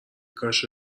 کاش